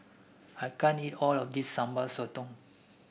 I can't eat all of this Sambal Sotong